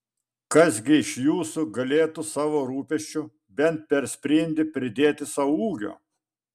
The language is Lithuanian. kas gi iš jūsų galėtų savo rūpesčiu bent per sprindį pridėti sau ūgio